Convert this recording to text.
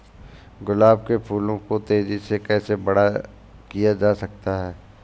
गुलाब के फूलों को तेजी से कैसे बड़ा किया जा सकता है?